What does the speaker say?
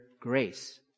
grace